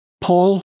Paul